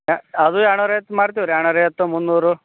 ಅದು ಎರಡುನೂರೈವತ್ತು ಮಾಡ್ತೀವಿ ರೀ ಎರಡುನೂರೈವತ್ತು ಮುನ್ನೂರು